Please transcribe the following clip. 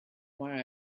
why